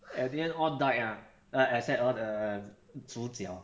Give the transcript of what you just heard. at the end all died ah err except all the 主角